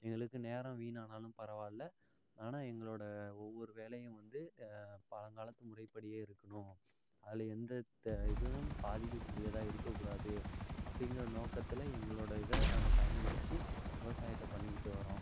எங்களுக்கு நேரம் வீணானாலும் பரவால்ல ஆனால் எங்களோட ஒவ்வொரு வேலையும் வந்து பழங்காலத்து முறைப்படியே இருக்கணும் அதில் எந்த வித இதுவும் பாதிக்க கூடியதாக இருக்கக்கூடாது அப்படிங்கிற நோக்கத்தில் எங்களோட இதை நாங்கள் பயன்படுத்தி விவசாயத்தை பண்ணிக்கிட்டு வரோம்